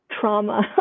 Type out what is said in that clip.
trauma